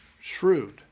shrewd